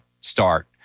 start